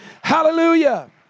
hallelujah